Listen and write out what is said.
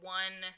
one